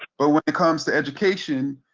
but when it comes to education,